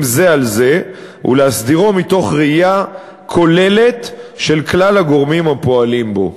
זה על זה ולהסדירו מתוך ראייה כוללת של כלל הגורמים הפועלים בו.